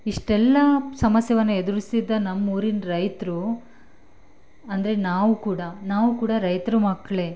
ಇಷ್ಟೆಲ್ಲ ಸಮಸ್ಯೆಯನ್ನ ಎದುರಿಸಿದ ನಮ್ಮ ಊರಿನ ರೈತರು ಅಂದರೆ ನಾವು ಕೂಡ ನಾವು ಕೂಡ ರೈತ್ರ ಮಕ್ಕಳೇ